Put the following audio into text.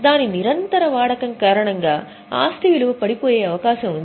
దాని నిరంతర వాడకం కారణంగా ఆస్తి విలువ పడిపోయే అవకాశం ఉంది